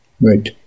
Right